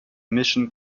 mission